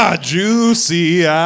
Juicy